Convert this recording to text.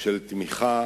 של תמיכה